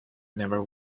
never